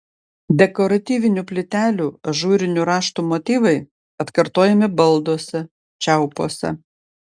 dekoratyvinių plytelių ažūrinių raštų motyvai atkartojami balduose čiaupuose